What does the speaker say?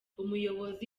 umuyobozi